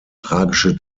tragische